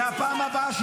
ובפעם הבאה,